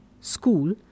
school